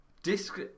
Disc